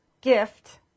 gift